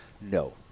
no